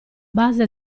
base